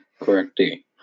correctly